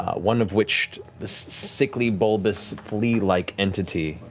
one of which, this sickly bulbous flea-like entity,